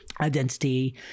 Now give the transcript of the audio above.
Identity